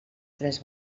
tres